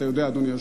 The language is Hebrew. אדוני היושב-ראש.